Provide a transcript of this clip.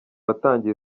watangiye